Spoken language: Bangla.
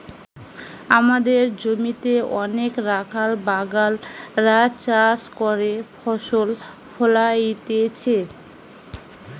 আমদের জমিতে অনেক রাখাল বাগাল রা চাষ করে ফসল ফোলাইতেছে